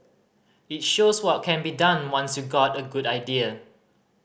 it shows what can be done once you've got a good idea